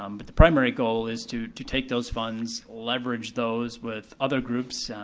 um but the primary goal is to to take those funds, leverage those with other groups,